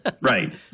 Right